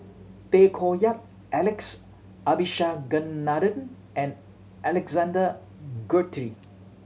Tay Koh Yat Alex Abisheganaden and Alexander Guthrie